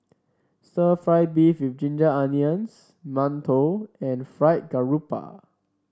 stir fry beef with Ginger Onions mantou and Fried Garoupa